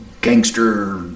gangster